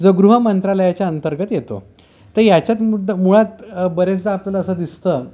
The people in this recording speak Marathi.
जो गृह मंत्रालयाच्या अंतर्गत येतो तर याच्यात मुद् मुळात बरेचदा आपल्याला असं दिसतं